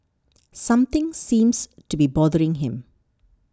something seems to be bothering him